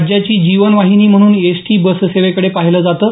राज्याची जीवन वाहिनी म्हणून एसटी बससेवेकडे पाहिलं जातं